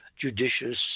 judicious